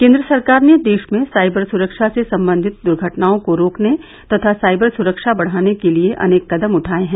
केन्द्र सरकार ने देश में साइबर सुरक्षा से संबंधित द्र्घटनाओं को रोकने तथा साइबर सुरक्षा बढ़ाने के लिए अनेक कदम उठाये हैं